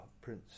Prince